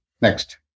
Next